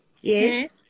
Yes